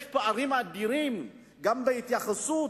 יש פערים אדירים גם בהתייחסות